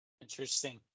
Interesting